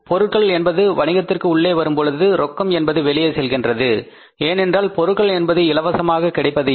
பொருட்கள் என்பது வணிகத்திற்கு உள்ளே வரும்பொழுது ரொக்கம் என்பது வெளியே செல்கின்றது ஏனென்றால் பொருட்கள் என்பது இலவசமாக கிடைப்பது இல்லை